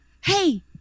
hey